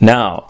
Now